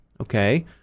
okay